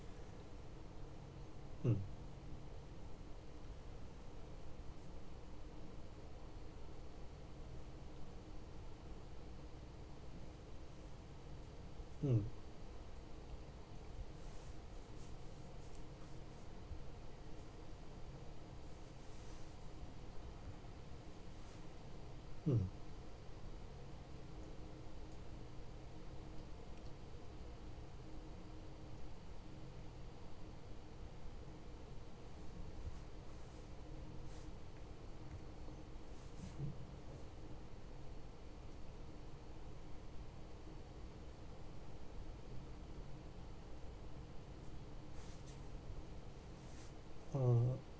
mm mm mm uh